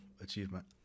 achievement